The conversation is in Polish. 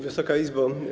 Wysoka Izbo!